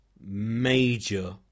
major